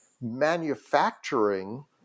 manufacturing